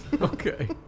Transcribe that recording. Okay